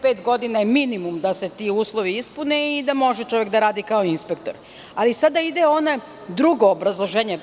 Pet godina je minimum da se ti uslovi ispuni i da može čovek da radi kao inspektor, ali sada ide ono drugo obrazloženje.